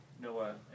Noah